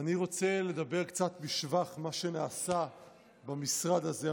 ואני רוצה לדבר קצת בשבח מה שנעשה במשרד הזה,